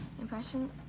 Impression